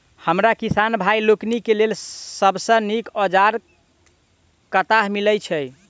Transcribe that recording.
हमरा किसान भाई लोकनि केँ लेल सबसँ नीक औजार कतह मिलै छै?